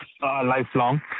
lifelong